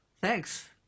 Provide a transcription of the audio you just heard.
Thanks